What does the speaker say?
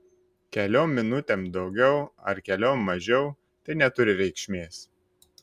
keliom minutėm daugiau ar keliom mažiau tai neturi reikšmės